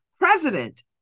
President